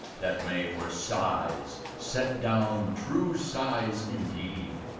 that may for sighs set down true sighs indeed,